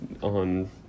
on